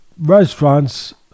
restaurants